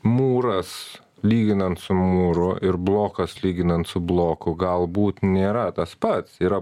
mūras lyginant su mūru ir blokas lyginant su bloku galbūt nėra tas pats yra